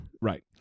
Right